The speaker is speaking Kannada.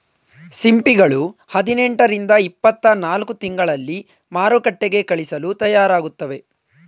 ಸಿಂಪಿಗಳು ಹದಿನೆಂಟು ರಿಂದ ಇಪ್ಪತ್ತನಾಲ್ಕು ತಿಂಗಳಲ್ಲಿ ಮಾರುಕಟ್ಟೆಗೆ ಕಳಿಸಲು ತಯಾರಾಗುತ್ತವೆ